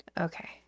Okay